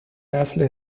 نسل